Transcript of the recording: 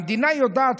המדינה יודעת,